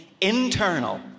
internal